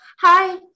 Hi